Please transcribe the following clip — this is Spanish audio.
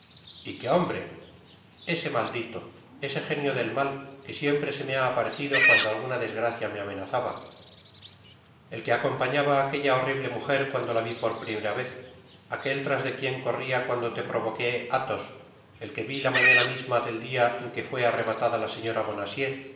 y qué hombre ese maldito ese genio del mal que siempre se me ha aparecido cuando alguna desgracia me amenazaba el que acompañaba á aquella horrible mujer cuando la vi por primera vez aquel tras de quien corria cuando te provoqué athos el que vi la mañana misma del dia en que fué arrebatada la señora